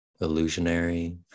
illusionary